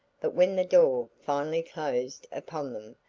but when the door finally closed upon them,